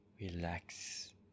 relax